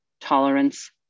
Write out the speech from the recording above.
tolerance